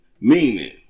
Meaning